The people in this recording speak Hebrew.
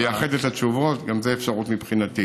ויאחד את התשובות, גם זאת אפשרות מבחינתי.